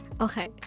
okay